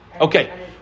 Okay